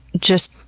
just,